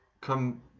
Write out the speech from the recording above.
come